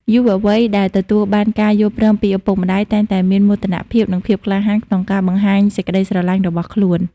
យុវវ័យដែលទទួលបានការយល់ព្រមពីឪពុកម្ដាយ តែងតែមានមោទនភាព និងភាពក្លាហានក្នុងការបង្ហាញសេចក្ដីស្រឡាញ់របស់ខ្លួន។